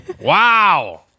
Wow